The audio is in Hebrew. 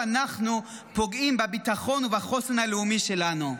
אנחנו פוגעים בביטחון ובחוסן הלאומי שלנו.